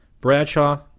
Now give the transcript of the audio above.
Bradshaw